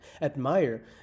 admire